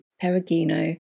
Perugino